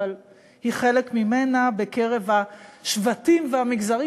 אבל היא חלק ממנה בקרב השבטים והמגזרים